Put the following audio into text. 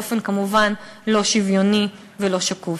כמובן באופן לא שוויוני ולא שקוף.